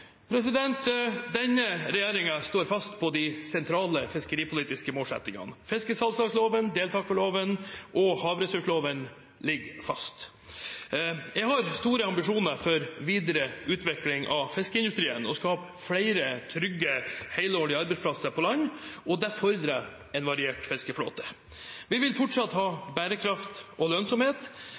Denne regjeringen står fast på de sentrale fiskeripolitiske målsettingene. Fiskesalgslagsloven, deltakerloven og havressursloven ligger fast. Jeg har store ambisjoner for videre utvikling av fiskeindustrien, å skape flere trygge helårlige arbeidsplasser på land, og det fordrer en variert fiskeflåte. Vi vil fortsatt ha bærekraft og lønnsomhet,